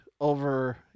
over